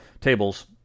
tables